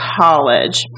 college